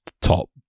top